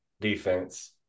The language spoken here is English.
defense